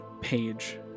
page